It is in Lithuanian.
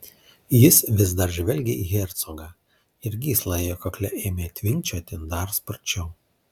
jis vis dar žvelgė į hercogą ir gysla jo kakle ėmė tvinkčioti dar sparčiau